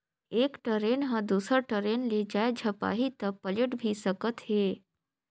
एक टरेन ह दुसर टरेन ले जाये झपाही त पलेट भी सकत हे